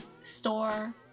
store